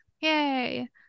yay